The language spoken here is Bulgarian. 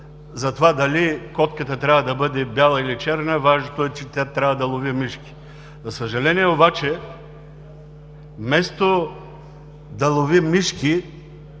за това дали котката трябва да бъде бяла или черна – важното е, че тя трябва да лови мишки. За съжаление обаче, вместо да лови мишки,